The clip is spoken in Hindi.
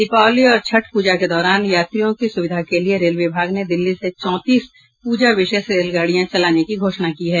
दीपावली और छठ प्रजा के दौरान यात्रियों की सुविधा के लिए रेल विभाग ने दिल्ली से चौंतीस पूजा विशेष रेलगाड़ियां चलाने की घोषणा की है